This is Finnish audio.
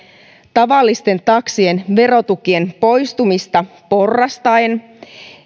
tavallisten taksien verotukien poistumista porrastaen